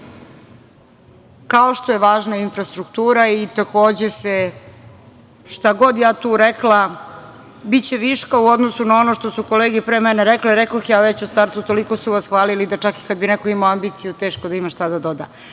kao što je važna infrastruktura i takođe šta god ja tu rekla, biće viška u odnosu na ono što su kolege pre mene rekle, rekoh ja već u startu toliko su hvalili da čak i kad bi neko imao ambiciju teško bi imao šta da doda. Ono